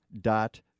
dot